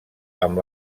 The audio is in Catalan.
amb